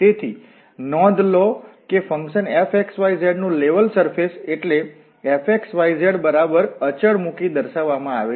તેથી નોંધ લો કેફંકશન fxyz નુ લેવલ સરફેશ એટલે fxyz બરાબર અચલ મુકી દર્શાવવામાં આવે છે